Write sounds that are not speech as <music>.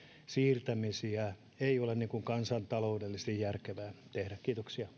siirtämisiä ei ole kansantaloudellisesti järkevää tehdä kiitoksia <unintelligible>